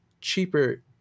cheaper